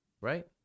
right